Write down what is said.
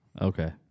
Okay